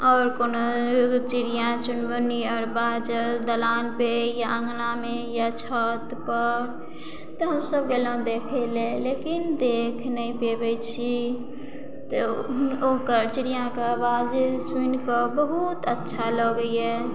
आओर कोनो चिड़िया चुनमुनी आर बाजल दलानपर या अँगनामे या छतपर तऽ हमसब गेलहुँ देखय लए लेकिन देख नहि पबय छी तऽ ओकर चिड़ियाके आवाज सुनि कऽ बहुत अच्छा लगइए